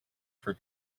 for